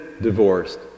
divorced